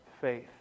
faith